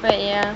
wait ya